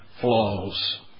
flaws